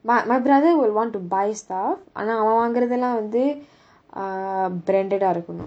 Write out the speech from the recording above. my my brother will want to buy stuff ஆனா அவன் வாங்குறது வந்து:aana avan vaangurathu vanthu uh branded ah இருக்கனும்:irukkanum